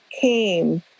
came